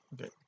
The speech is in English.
okay